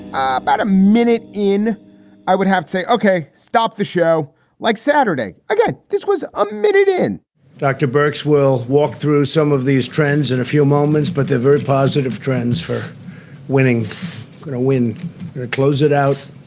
about a minute in i would have to say. ok, stop the show like saturday this was admitted in dr. burke's will walk through some of these trends in a few moments, but the very positive trends for winning a win to close it out.